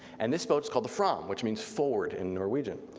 and this boat's called the fram, which means forward in norwegian,